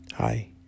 Hi